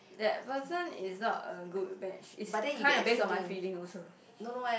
that person is not a good match it's kind of based on my feelings also